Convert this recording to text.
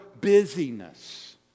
busyness